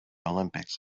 olympics